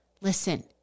Listen